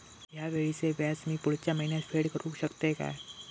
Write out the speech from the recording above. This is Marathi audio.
हया वेळीचे व्याज मी पुढच्या महिन्यात फेड करू शकतय काय?